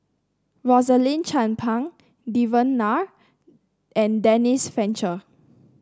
Rosaline Chan Pang Devan Nair and Denise Fletcher